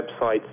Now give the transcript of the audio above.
websites